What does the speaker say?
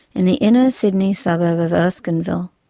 in the inner-sydney suburb of erskineville.